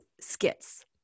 skits